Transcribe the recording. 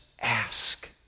ask